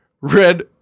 Red